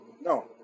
no